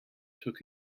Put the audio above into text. took